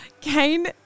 Kane